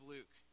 Luke